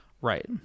Right